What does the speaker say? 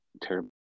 terrible